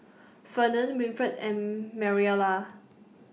Fernand Winfred and Mariela